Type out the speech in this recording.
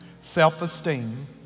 self-esteem